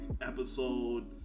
episode